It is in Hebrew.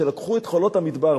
שלקחו את חולות המדבר,